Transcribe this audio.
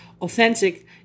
authentic